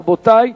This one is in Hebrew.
רבותי,